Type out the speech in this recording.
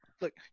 Look